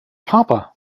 papa